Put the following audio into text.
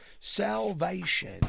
salvation